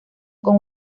con